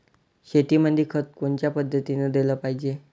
शेतीमंदी खत कोनच्या पद्धतीने देलं पाहिजे?